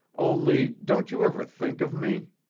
only, don't you ever think of me?